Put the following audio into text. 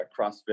CrossFit